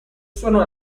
sono